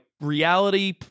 reality